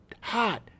hot